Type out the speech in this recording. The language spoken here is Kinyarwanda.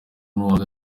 n’uwo